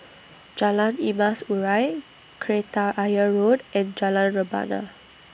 Jalan Emas Urai Kreta Ayer Road and Jalan Rebana